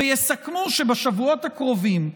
ויסכמו שבשבועות הקרובים,